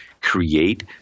create